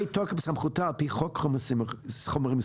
מתוקף סמכותה על פי חוק חומרים מסוכנים.